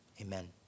Amen